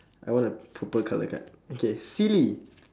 I want a purple colour card okay silly